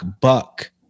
buck